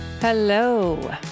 Hello